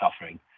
offering